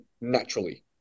naturally